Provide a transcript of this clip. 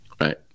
right